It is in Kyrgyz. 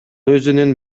өзүнүн